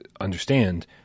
understand